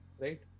right